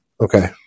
Okay